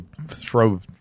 throw